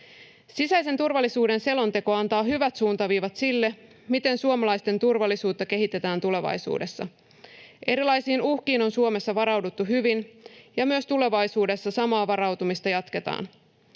Sisäisen turvallisuuden selonteko antaa hyvät suuntaviivat sille, miten suomalaisten turvallisuutta kehitetään tulevaisuudessa. Erilaisiin uhkiin on Suomessa varauduttu hyvin, ja myös tulevaisuudessa samaa varautumista jatketaan.